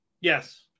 Yes